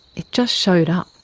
it just showed up.